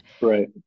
Right